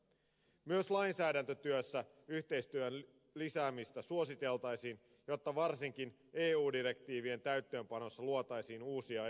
myös lainsäädäntötyössä yhteistyön lisäämistä suositeltaisiin jotta varsinkaan eu direktiivien täytäntöönpanossa ei luotaisi uusia esteitä